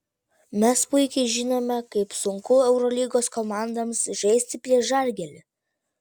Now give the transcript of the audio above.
mes puikiai žinome kaip sunku eurolygos komandoms žaisti prieš žalgirį